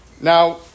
Now